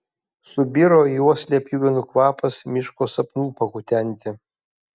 subiro į uoslę pjuvenų kvapas miško sapnų pakutenti